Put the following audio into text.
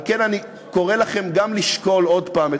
על כן, אני קורא לכם לשקול עוד הפעם.